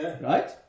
Right